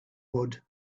would